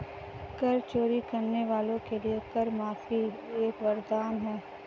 कर चोरी करने वालों के लिए कर माफी एक वरदान है